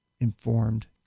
informed